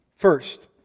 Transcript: First